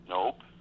Nope